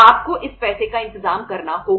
आपको इस पैसे का इंतजाम करना होगा